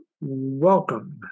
welcome